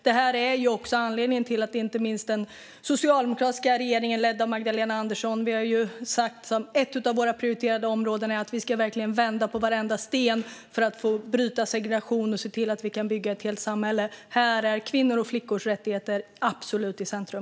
Det är också anledningen till att ett av de prioriterade områdena för den socialdemokratiska regeringen, ledd av Magdalena Andersson, är att vända på varenda sten för bryta segregationen och se till att vi kan bygga ett helt samhälle. Här är kvinnors och flickors rättigheter absolut i centrum.